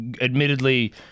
admittedly